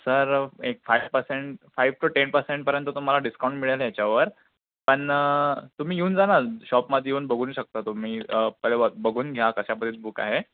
sir एक five percent five two ten पर्सेंटपर्यंत तुम्हाला डिस्काउंट मिळेल याच्यावर पण तुम्ही येऊन जा ना शॉपमध्ये येऊन बघू शकता तुम्ही पाहिले बघून घ्या कशा प्रकारचे बुक आहे